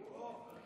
פה.